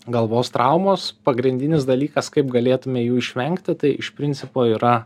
galvos traumos pagrindinis dalykas kaip galėtumėme jų išvengti tai iš principo yra